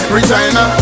Regina